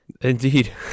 Indeed